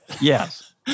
Yes